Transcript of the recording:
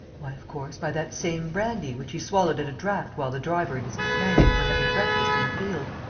why, of course, by that same brandy, which he swallowed at a draught while the driver and his companion were having breakfast in the field.